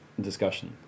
discussion